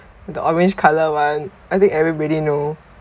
the orange colour one I think everybody know